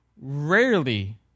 Rarely